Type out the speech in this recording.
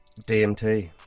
DMT